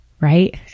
right